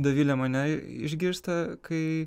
dovilė mane išgirsta kai